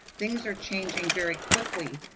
things are changing very quickly.